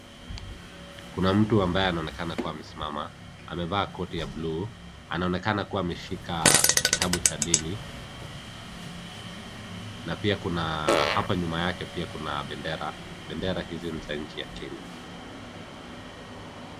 Kuna mtu ambaye anaonekana akiwa amesimama, amevaa koti ya bluu, anaonekana kuwa ameshika kitabu cha dini na pia kuna hapa nyuma yake pia kuna bendera, bendera hizi ni za nchi ya Kenya.